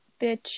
bitch